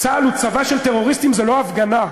"צה"ל הוא צבא של טרוריסטים" זה לא הפגנה.